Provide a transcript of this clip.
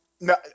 no